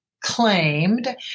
Claimed